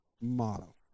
motto